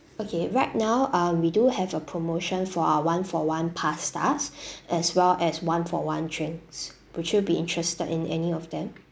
okay right now uh we do have a promotion for our one-for-one pastas as well as one-for-one drinks would you be interested in any of them